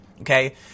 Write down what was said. Okay